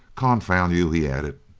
confound you! he added